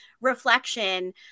reflection